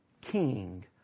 king